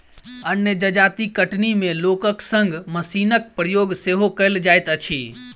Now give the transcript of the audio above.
अन्य जजाति कटनी मे लोकक संग मशीनक प्रयोग सेहो कयल जाइत अछि